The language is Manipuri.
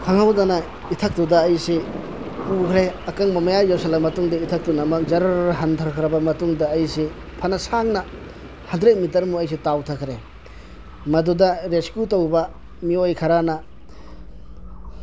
ꯈꯪꯍꯧꯗꯅ ꯏꯊꯛꯇꯨꯗ ꯑꯩꯁꯤ ꯄꯨꯈ꯭ꯔꯦ ꯑꯀꯪꯕ ꯃꯌꯥꯏ ꯌꯧꯁꯤꯜꯂꯛꯑ ꯃꯇꯨꯡꯗ ꯏꯊꯛꯇꯨꯅ ꯑꯃꯨꯛ ꯖꯔ ꯍꯟꯊꯈ꯭ꯔꯕ ꯃꯇꯨꯡꯗ ꯑꯩꯁꯤ ꯐꯅ ꯁꯥꯡꯅ ꯍꯟꯗ꯭ꯔꯦꯗ ꯃꯤꯇꯔꯃꯨꯛ ꯑꯩꯁꯤ ꯇꯥꯎꯊꯈ꯭ꯔꯦ ꯃꯗꯨꯗ ꯔꯦꯁꯀ꯭ꯌꯨ ꯇꯧꯕ ꯃꯤꯑꯣꯏ ꯈꯔꯅ